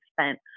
spent